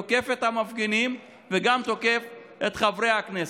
תוקף את המפגינים וגם תוקף את חברי הכנסת.